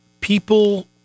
people